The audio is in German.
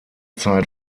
zeit